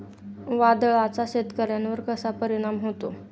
वादळाचा शेतकऱ्यांवर कसा परिणाम होतो?